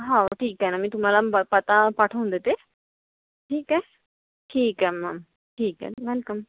हो ठीक आहे ना मी तुम्हाला पत्ता पाठवून देते ठीक आहे ठीक आहे मग ठीक आहे वेलकम